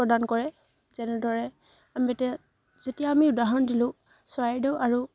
প্ৰদান কৰে যেনেদৰে আমি তে যেতিয়া আমি উদাহৰণ দিলোঁ চৰাইদেউ আৰু